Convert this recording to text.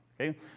okay